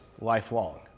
lifelong